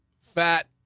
Fat